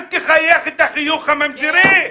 אל תחייך את החיוך הממזרי.